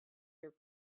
your